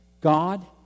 God